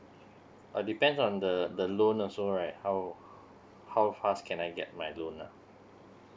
uh depends on the the loan also right how how fast can I get my loan ah